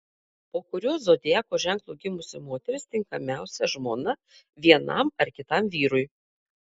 po kuriuo zodiako ženklu gimusi moteris tinkamiausia žmona vienam ar kitam vyrui